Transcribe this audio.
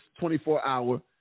24-hour